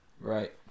Right